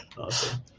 awesome